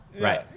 Right